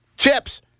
Chips